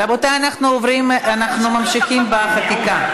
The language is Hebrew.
רבותיי, אנחנו ממשיכים בחקיקה.